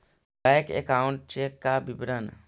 Bank account check का विवरण?